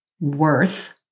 worth